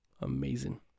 Amazing